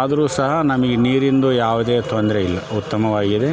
ಆದರು ಸಹ ನಮಗೆ ನೀರಿಂದು ಯಾವುದೇ ತೊಂದರೆಯಿಲ್ಲ ಉತ್ತಮವಾಗಿದೆ